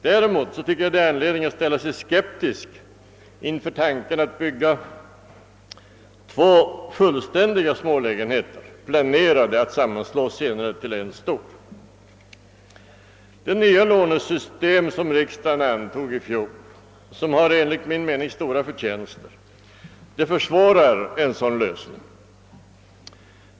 Däremot finns det anledning att ställa sig skeptisk inför tanken att bygga två fullständiga smålägenheter, planerade att senare sammanslås till en stor. Det nya lånesystem som riksdagen antog i fjol har enligt min mening stora förtjänster, men det försvårar en lösning av nämnda slag.